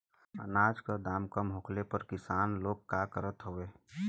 अनाज क दाम कम होखले पर किसान लोग का करत हवे?